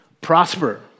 prosper